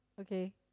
okay